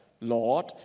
Lord